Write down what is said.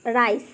rice